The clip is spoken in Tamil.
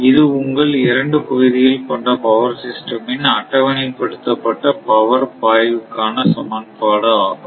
இது உங்கள் இரண்டு பகுதிகள் கொண்ட பவர் சிஸ்டம் இன் அட்டவணைப்படுத்தப்பட்ட பவர் பாய்வுக்கான சமன்பாடு ஆகும்